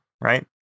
right